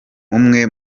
umwe